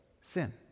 sin